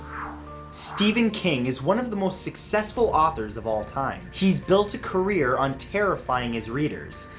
stephen king is one of the most successful authors of all time. he's built a career on terrifying his readers.